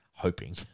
Hoping